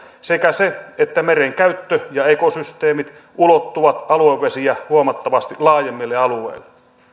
sekä se että meren käyttö ja ekosysteemit ulottuvat aluevesiä huomattavasti laajemmille alueille